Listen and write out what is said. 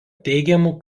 teigiamų